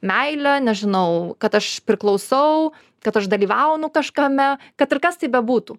meile nežinau kad aš priklausau kad aš dalyvaunu kažkame kad ir kas tai bebūtų